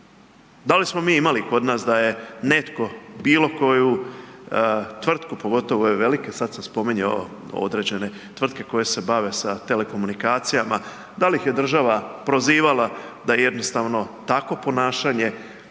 Da li smo imali kod nas da je netko bilo koju tvrtku, pogotovo ove velike, sad sam spominjao određene tvrtke koje se bave sa telekomunikacijama, da li ih je država prozivala da jednostavno takvo ponašanje